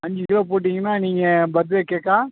அஞ்சு கிலோ போட்டீங்கன்னால் நீங்கள் பர்த் டே கேக்கா